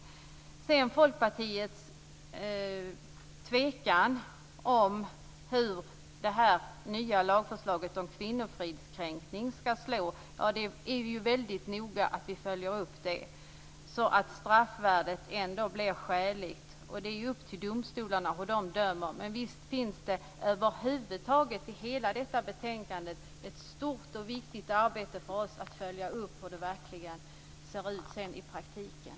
Sedan går jag till Folkpartiets tvekan när det gäller hur det nya lagförslaget om kvinnofridskränkning skall slå. Det är väldigt viktigt att vi följer upp det, så att straffvärdet ändå blir skäligt. Det är upp till domstolarna hur de dömer. Men visst har vi ett stort och viktigt arbete i att följa upp hur förslagen i hela detta betänkande verkligen tar sig ut i praktiken.